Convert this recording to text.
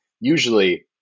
usually